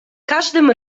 każdym